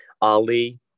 Ali